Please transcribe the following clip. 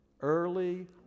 early